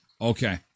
Okay